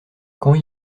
quand